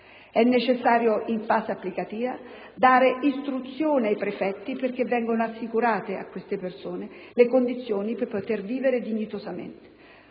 È necessario, in fase applicativa, dare istruzioni ai prefetti perché vengano assicurate a tali persone le condizioni per poter vivere dignitosamente.